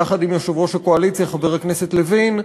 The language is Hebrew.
יחד עם יושב-ראש הקואליציה חבר הכנסת לוין,